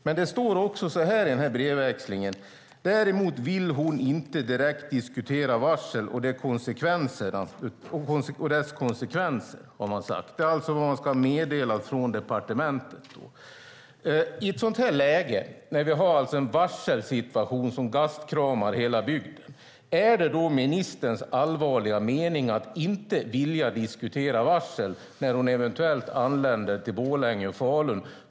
Men det står också i brevväxlingen: Däremot vill hon inte direkt diskutera varsel och dess konsekvenser. Det är alltså vad man ska ha meddelat från departementet. I ett läge när vi har en varselsituation som gastkramar hela bygden, är det då ministerns allvarliga mening att inte vilja diskutera varsel när hon eventuellt anländer till Borlänge och Falun?